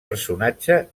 personatge